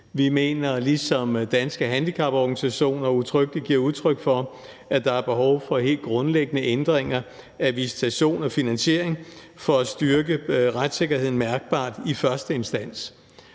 Vi mener, ligesom Danske Handicaporganisationer udtrykkeligt giver udtryk for, at der er behov for helt grundlæggende ændringer af visitation og finansiering for at styrke retssikkerheden mærkbart i første instans,